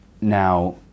Now